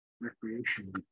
Recreation